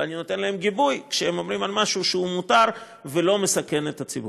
ואני נותן להם גיבוי כשהם אומרים על משהו שהוא מותר ולא מסכן את הציבור.